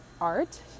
art